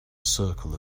circle